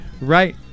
right